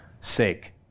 sake